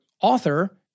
author